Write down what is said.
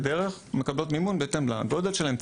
דרך מקבלות מימון בהתאם לגודל שלהן,